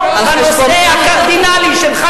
בנושא הקרדינלי שלך,